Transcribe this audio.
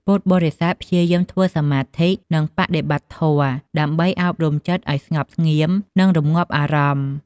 ពុទ្ធបរិស័ទព្យាយាមធ្វើសមាធិ និងបដិបត្តិធម៌ ដើម្បីអប់រំចិត្តឱ្យស្ងប់ស្ងៀម និងរម្ងាប់អារម្មណ៍។